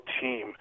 team